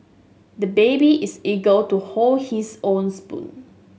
the baby is eager to hold his own spoon